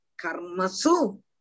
karmasu